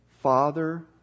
Father